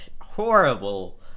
horrible